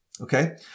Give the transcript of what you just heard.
okay